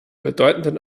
bedeutenden